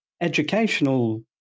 educational